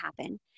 happen